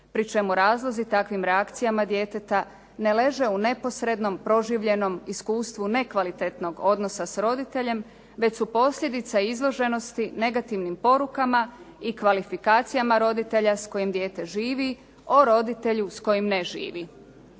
pri čemu razlozi takvim reakcijama djeteta ne leže u neposrednom, proživljenom iskustvu nekvalitetnog odnosa s roditeljem već su posljedica izloženosti negativnim porukama i kvalifikacijama roditelja s kojim dijete živi o roditelju s kojim ne živi.